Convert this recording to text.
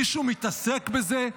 מישהו מתעסק בזה?